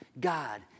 God